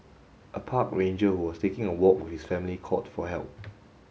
a park ranger who was taking a walk with his family called for help